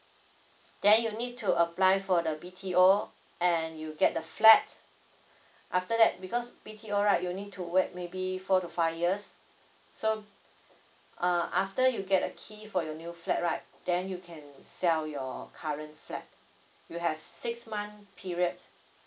then you need to apply for the B_T_O and you get the flat after that because B_T_O right you need to wait maybe four to five years so uh after you get a key for your new flat right then you can sell your current flat you have six month period